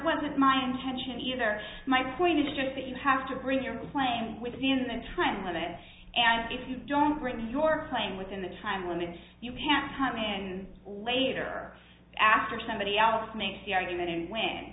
wasn't my intention either my point is just that you have to bring your claim within the time limit and if you don't bring your claim within the time limits you can't come in later after somebody else makes the argument and when